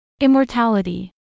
Immortality